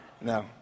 No